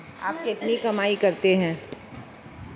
आप कितनी कमाई करते हैं?